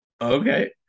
okay